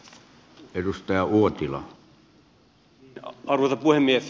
arvoisa puhemies